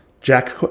Jack